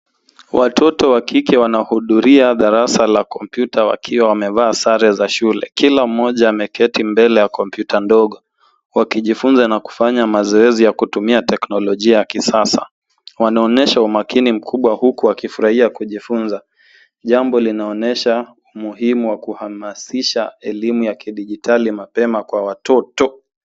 Watoto wa kike wanahudhuria darasa la kompyuta wakiwa wamevaa sare za shule. Kila mmoja ameketi mbele ya kompyuta ndogo wakijifunza na kufanya mazoezi ya kutumia teknolojia ya kisasa. Wanaonyesha umakini mkubwa huku wakifurahia kujifunza, jambo linaloonyesha umuhimu wa kuhamasisha elimu ya kidijitali mapema kwa watoto.